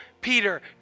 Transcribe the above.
Peter